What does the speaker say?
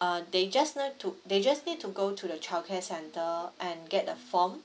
uh they just need to they just need to go to the childcare center and get a form